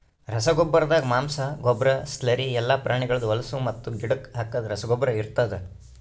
ರಸಗೊಬ್ಬರ್ದಾಗ ಮಾಂಸ, ಗೊಬ್ಬರ, ಸ್ಲರಿ ಎಲ್ಲಾ ಪ್ರಾಣಿಗಳ್ದ್ ಹೊಲುಸು ಮತ್ತು ಗಿಡಕ್ ಹಾಕದ್ ರಸಗೊಬ್ಬರ ಇರ್ತಾದ್